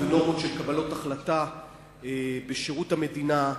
ונורמות של קבלות החלטה בשירות המדינה.